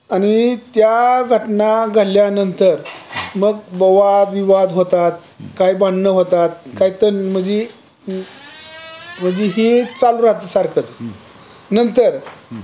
आणि त्या घटना घडल्यानंतर मग वाद विवाद होतात काही भांडण होतात काय तन म्हणजे म्हणजे हे चालू राहते सारखंच नंतर